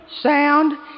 sound